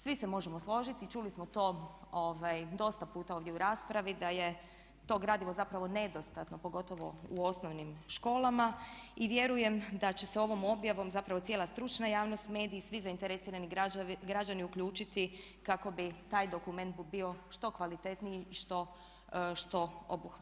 Svi se možemo složiti čuli smo to dosta puta ovdje u raspravi da je to gradivo zapravo nedostatno pogotovo u osnovnim školama i vjerujem da će se ovom objavom zapravo cijela stručna javnost, mediji, svi zainteresirani građani uključiti kako bi taj dokument bio što kvalitetniji i što obuhvatniji.